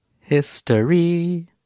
history